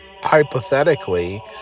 hypothetically